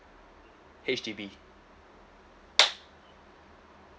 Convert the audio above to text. H_D_B